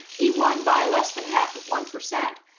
he won by less than half of one percent.